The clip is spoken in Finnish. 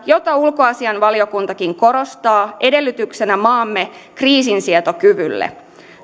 jota ulkoasiainvaliokuntakin korostaa edellytyksenä maamme kriisinsietokyvylle